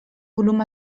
volum